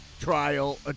trial